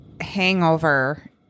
hangover